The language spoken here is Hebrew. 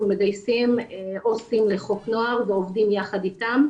מגייסים עו"סים לחוק נוער ועובדים יחד איתם.